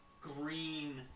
Green